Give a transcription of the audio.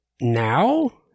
now